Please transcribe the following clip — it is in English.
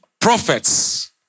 prophets